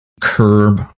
curb